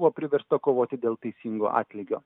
buvo priversta kovoti dėl teisingo atlygio